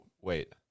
Wait